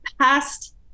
past